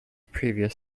previous